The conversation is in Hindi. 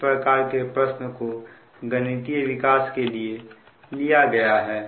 इस प्रकार के प्रश्न को गणितीय विकास के लिए लिया गया है